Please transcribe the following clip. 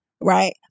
right